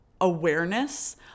awareness